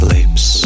Lips